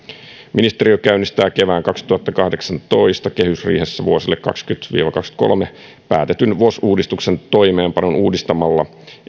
ministeriö käynnistää kevään kaksituhattakahdeksantoista kehysriihessä vuosille kaksituhattakaksikymmentä viiva kaksituhattakaksikymmentäkolme päätetyn vos uudistuksen toimeenpanon uudistamalla